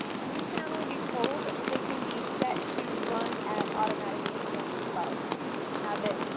and these cannot only be pulled, but they can be set to run at automatic intervals as well. so you can have it,